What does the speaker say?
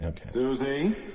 Susie